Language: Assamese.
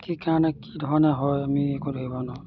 কি কাৰণে কি ধৰণে হয় আমি একো ধৰিব নোৱাৰোঁ